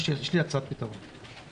יש לי הצעת פתרון.